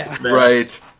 Right